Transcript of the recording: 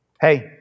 Hey